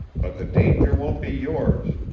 but the danger won't be yours.